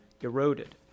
eroded